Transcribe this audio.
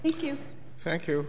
thank you thank you